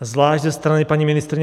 Zvlášť ze strany paní ministryně